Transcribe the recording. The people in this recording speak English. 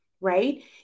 right